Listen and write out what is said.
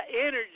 energy